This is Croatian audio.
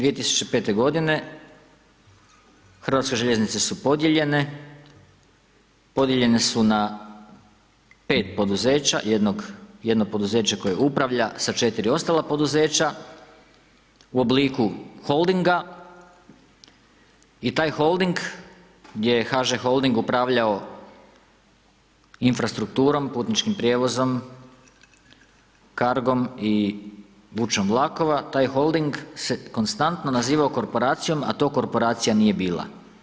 2005. godine HŽ su podijeljene, podijeljene su na 5 poduzeća, jedno poduzeće koje upravlja sa 4 ostala poduzeća u obliku holdinga i taj holding je HŽ Holding upravljao Infrastrukturom, Putničkim prijevozom, Cargom i Vučom vlakova, taj Holding se konstantno nazivao korporacijom, a to korporacija nije bila.